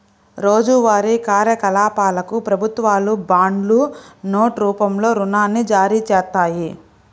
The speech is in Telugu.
రోజువారీ కార్యకలాపాలకు ప్రభుత్వాలు బాండ్లు, నోట్ రూపంలో రుణాన్ని జారీచేత్తాయి